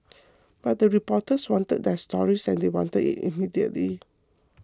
but the reporters wanted their stories and they wanted it immediately